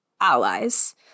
allies